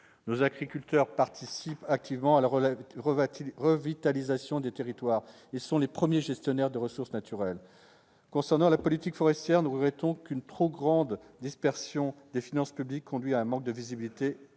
Nos agriculteurs participent activement à la revitalisation des territoires ; ils sont les premiers gestionnaires des ressources naturelles françaises. Concernant la politique forestière, nous regrettons qu'une trop grande dispersion des financements publics conduise à un manque de visibilité et